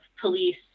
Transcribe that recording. police